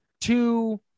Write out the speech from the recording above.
two